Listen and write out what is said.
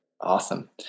Awesome